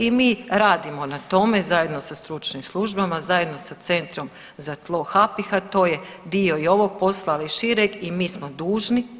I mi radimo na tome zajedno sa stručnim službama, zajedno sa Centrom za tlo HAPIH a to je dio i ovog posla ali i šireg i mi smo dužni